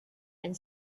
and